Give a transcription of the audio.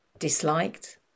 disliked